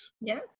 Yes